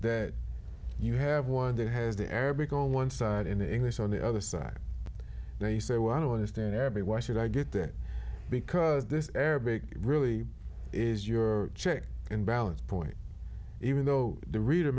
that you have one that has the arabic on one side in english on the other side now you say i want to understand every why should i get that because this arabic really is your check and balance point even though the read